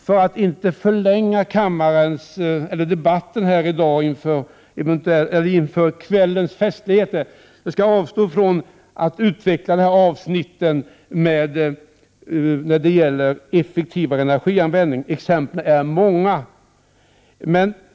För att inte förlänga debatten i dag inför kvällens festligheter skall jag avstå från att utveckla frågorna om effektivare energianvändning. Exemplen på möjligheter till en sådan är många.